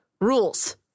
Rules